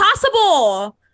possible